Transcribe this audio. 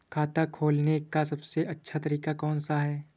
खाता खोलने का सबसे अच्छा तरीका कौन सा है?